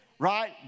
Right